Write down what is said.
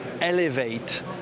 elevate